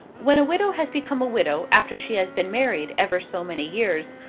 when a widow has become a widow after she has been married ever so many years,